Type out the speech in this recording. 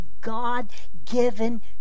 God-given